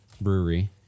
brewery